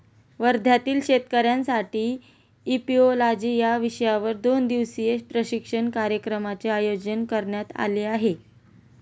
वर्ध्यातील शेतकऱ्यांसाठी इपिओलॉजी या विषयावर दोन दिवसीय प्रशिक्षण कार्यक्रमाचे आयोजन करण्यात आले आहे